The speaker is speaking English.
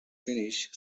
finish